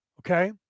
Okay